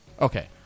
Okay